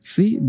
See